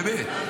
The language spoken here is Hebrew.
באמת,